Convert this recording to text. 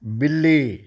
ਬਿੱਲੀ